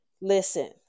Listen